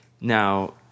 Now